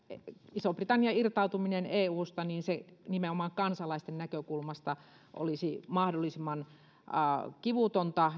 ison britannian irtautuminen eusta nimenomaan kansalaisten näkökulmasta olisi mahdollisimman kivutonta